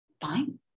fine